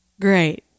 Great